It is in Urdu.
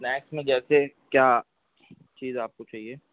اسنیکس میں جیسے کیا چیز آپ کو چاہیے